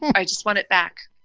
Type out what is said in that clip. i just want it back